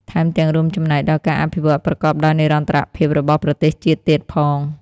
ថែមទាំងរួមចំណែកដល់ការអភិវឌ្ឍប្រកបដោយនិរន្តរភាពរបស់ប្រទេសជាតិទៀតផង។